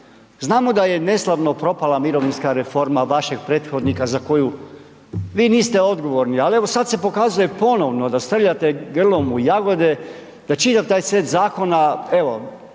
Znamo da je neslavno propala mirovinska reforma vašeg prethodnika za koju vi niste odgovorni ali evo sad se pokazuje ponovno da srljate grlom u jagode, da čitav taj set zakona, evo